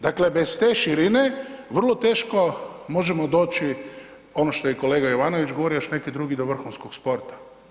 Dakle, bez te širine, vrlo teško možemo doći, ono što je kolega Jovanović govorio, još neki drugi, do vrhunskog sporta.